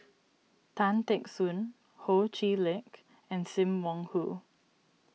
Tan Teck Soon Ho Chee Lick and Sim Wong Hoo